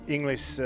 English